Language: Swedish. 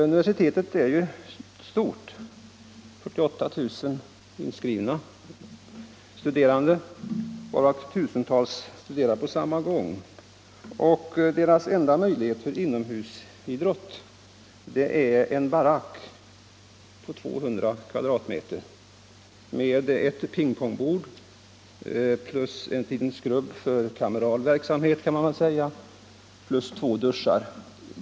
Universitetet är stort — 48 000 inskrivna studerande, av vilka tusentals studerar på samma gång. Deras enda möjlighet till inomhusidrott är en barack på 200 m” med ett pingpongbord plus en grupp för så att säga kameral verksamhet plus två duschar.